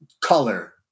color